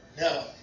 No